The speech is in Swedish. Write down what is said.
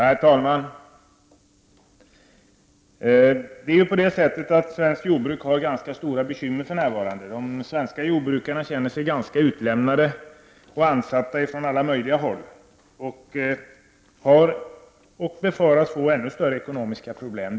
Herr talman! Det svenska jordbruket har ganska stora bekymmer för närvarande. De svenska jordbrukarna känner sig utlämnade och ansatta ifrån alla möjliga håll. De har, och befaras få ännu större, ekonomiska problem.